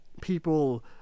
people